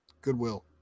Goodwill